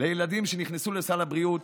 לילדים שנכנסה לסל הבריאות,